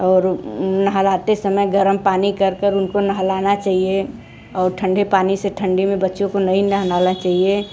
और नहालाते समय गर्म पानी कर कर उनको नहलाना चाहिए और ठंडे पानी से ठंडी में बच्चों को नहीं नहाना चाहिए